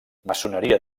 maçoneria